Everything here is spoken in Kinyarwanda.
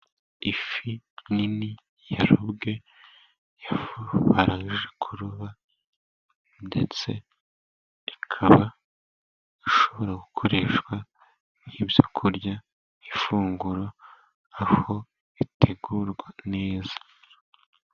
Ifi nini yarobweI ifi barangije kuroba ndetse ikaba ishobora gukoreshwa nk'ibyo ku kurya, n'ifunguro aho bitegurwa neza.